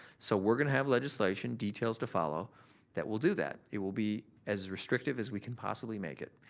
so, we're gonna have legislation details to follow that will do that. it will be as restrictive as we can possibly make it,